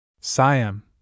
Siam